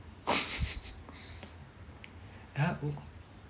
ya